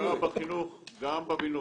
ההשקעה בחינוך גם בבינוי.